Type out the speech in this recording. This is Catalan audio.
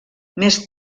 més